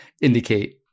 indicate